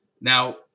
Now